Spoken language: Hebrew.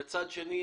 ומצד שני,